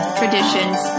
traditions